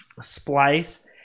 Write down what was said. Splice